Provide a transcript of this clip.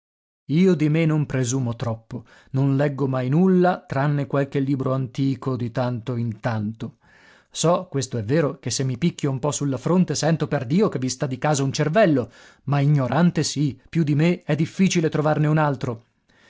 io di me non presumo troppo non leggo mai nulla tranne qualche libro antico di tanto in tanto so questo è vero che se mi picchio un po su la fronte sento perdio che vi sta di casa un cervello ma ignorante sì più di me è difficile trovarne un altro